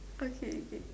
okay okay